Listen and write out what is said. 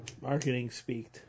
marketing-speak